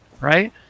Right